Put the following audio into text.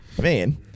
man